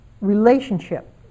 relationship